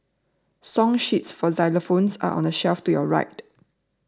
song sheets for xylophones are on the shelf to your right